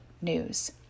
news